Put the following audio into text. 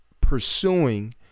pursuing